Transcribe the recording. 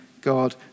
God